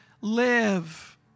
Live